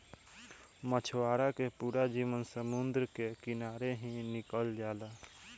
मछवारा के पूरा जीवन समुंद्र के किनारे ही निकल जाला